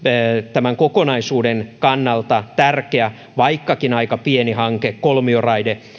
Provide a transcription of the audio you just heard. tämän kokonaisuuden kannalta tärkeä vaikkakin aika pieni hanke kolmioraide